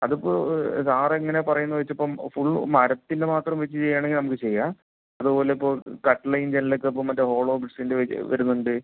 അതിപ്പോൾ സാറ് എങ്ങനെയാ പറയുന്നത് വച്ചിപ്പം ഫുള്ള് മരത്തിൻ്റെ മാത്രം വെച്ച് ചെയ്യുകയാണെങ്കില് നമുക്ക് ചെയ്യാം അതുപോലിപ്പോൾ കട്ടളയും ജനലുമൊക്കെ ഇപ്പം മറ്റേ ഹോളോബ്രിക്സിൻ്റെ വെച്ച് വരുന്നുണ്ട്